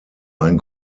ein